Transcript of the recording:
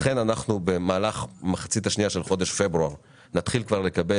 במהלך המחצית השנייה של חודש פברואר נתחיל לקבל